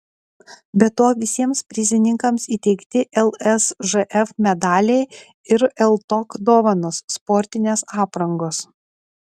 be to visiems prizininkams įteikti lsžf medaliai ir ltok dovanos sportinės aprangos